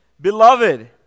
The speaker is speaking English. Beloved